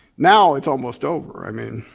now it's almost over, i mean,